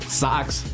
socks